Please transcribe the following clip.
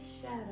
shadow